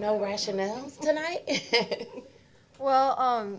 no rational tonight well